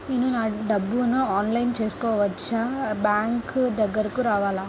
నేను నా డబ్బులను ఆన్లైన్లో చేసుకోవచ్చా? బ్యాంక్ దగ్గరకు రావాలా?